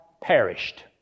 perished